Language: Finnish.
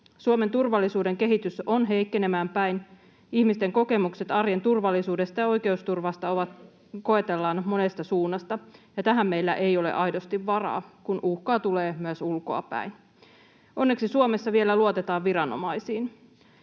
Suomen turvallisuuden kehitys on heikkenemään päin. Ihmisten kokemuksia arjen turvallisuudesta ja oikeusturvasta koetellaan monesta suunnasta, ja tähän meillä ei ole aidosti varaa, kun uhka tulee myös ulkoapäin. Onneksi Suomessa vielä luotetaan viranomaisiin.